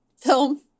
film